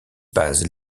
bases